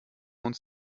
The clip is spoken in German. uns